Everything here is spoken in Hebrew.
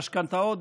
במשכנתאות,